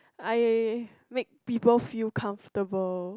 I make people feel comfortable